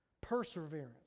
perseverance